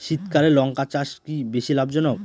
শীতকালে লঙ্কা চাষ কি বেশী লাভজনক?